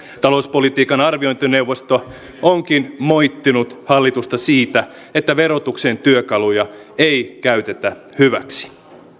talouspolitiikan arviointineuvosto onkin moittinut hallitusta siitä että verotuksen työkaluja ei käytetä hyväksi